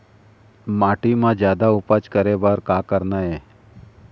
माटी म जादा उपज करे बर का करना ये?